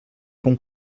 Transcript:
com